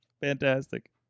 fantastic